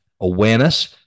awareness